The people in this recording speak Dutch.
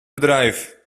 bedrijf